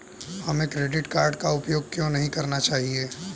हमें credit card का उपयोग क्यों नहीं करना चाहिए?